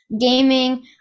gaming